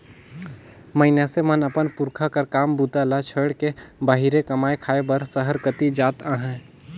मइनसे मन अपन पुरखा कर काम बूता ल छोएड़ के बाहिरे कमाए खाए बर सहर कती जात अहे